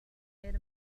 made